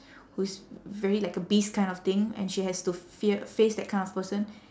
who's very like a beast kind of thing and she has to fear face that kind of person